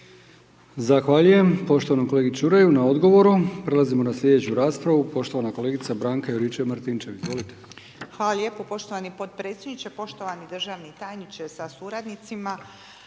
Zahvaljujem poštovanom kolegi Čuraju na odgovoru. Prelazimo na slijedeću raspravu poštovana kolegica Branka Juričev-Martinčev, izvolite. **Juričev-Martinčev, Branka (HDZ)** Hvala lijepo poštovani podpredsjedniče, poštovana državni tajniče sa suradnicima.